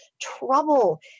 trouble